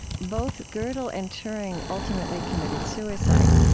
both godel and turing ultimately committed suicide.